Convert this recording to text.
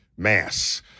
mass